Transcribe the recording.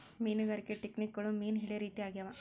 ಮೀನುಗಾರಿಕೆ ಟೆಕ್ನಿಕ್ಗುಳು ಮೀನು ಹಿಡೇ ರೀತಿ ಆಗ್ಯಾವ